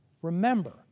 Remember